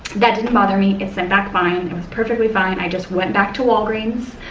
that didn't bother me, it sent back fine. it was perfectly fine. i just went back to walgreens.